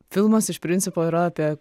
filmas iš principo yra apie